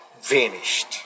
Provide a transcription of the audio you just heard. vanished